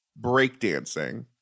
breakdancing